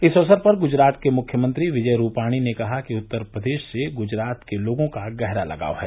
इस अवसर पर गूजरात के मुख्यमंत्री विजय रूपांणी ने कहा कि उत्तर प्रदेश से गुजरात के लोगों का गहरा लगाव है